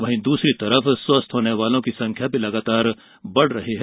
वहीं दूसरी ओर स्वस्थ होने वालों की संख्या भी लगातार बढ़ रही है